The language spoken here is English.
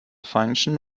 function